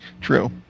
True